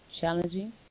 challenging